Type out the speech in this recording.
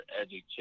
education